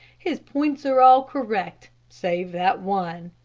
his points are all correct, save that one.